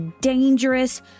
dangerous